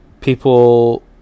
People